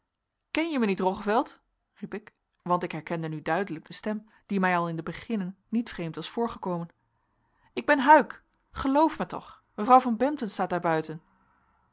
ken je mij niet roggeveld riep ik want ik herkende nu duidelijk de stem die mij al in den beginne niet vreemd was voorgekomen ik ben huyck geloof mij toch mevrouw van bempden staat